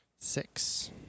Six